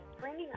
bringing